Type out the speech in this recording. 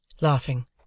laughing